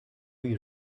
you